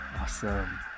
awesome